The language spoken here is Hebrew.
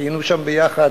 היינו שם ביחד: